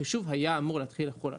החישוב היה אמור להתחיל לחול עליו.